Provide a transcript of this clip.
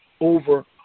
over